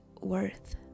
worth